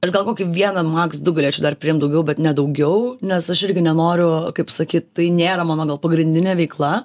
aš gal kokį vieną maks du galėčiau dar priimt daugiau bet ne daugiau nes aš irgi nenoriu kaip sakyt tai nėra mano gal pagrindinė veikla